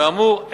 כאמור,